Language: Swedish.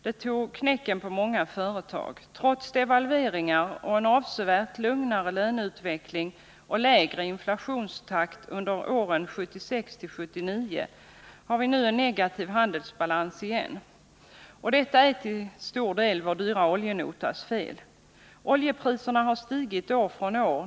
Det tog knäcken på många företag. Trots devalveringarna och en avsevärt lugnare löneutveckling och lägre inflationstakt under åren 1976-1979 har vi nu en negativ handelsbalans igen. Detta är till stor del vår dyra oljenotas fel. Oljepriserna har stigit år från år.